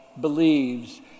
believes